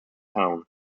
town